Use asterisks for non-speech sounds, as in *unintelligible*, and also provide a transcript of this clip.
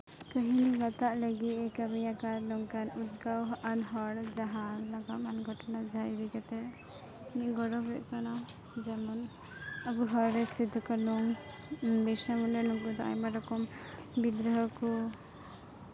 *unintelligible* ᱦᱟᱛᱟᱜ ᱞᱟᱹᱜᱤᱫ ᱠᱟᱹᱢᱤ ᱟᱠᱟᱫ ᱱᱚᱝᱠᱟᱱ ᱩᱫᱽᱜᱟᱹᱣᱟᱱ ᱦᱚᱲ ᱡᱟᱦᱟᱸ *unintelligible* ᱜᱷᱚᱴᱚᱱᱟ ᱡᱟᱦᱟᱸ ᱤᱫᱤ ᱠᱟᱛᱮ ᱱᱤᱭᱟᱹ ᱜᱚᱲᱚ ᱦᱩᱭᱩᱜ ᱠᱟᱱᱟ ᱡᱮᱢᱚᱱ ᱟᱵᱚ ᱦᱚᱲ ᱨᱮᱱ ᱥᱤᱫᱩᱼᱠᱟᱹᱱᱦᱩ ᱵᱤᱨᱥᱟ ᱢᱩᱱᱰᱟ ᱱᱩᱠᱩ ᱫᱚ ᱟᱭᱢᱟ ᱨᱚᱠᱚᱢ ᱵᱤᱫᱨᱳᱦᱚ ᱠᱚ